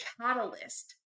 catalyst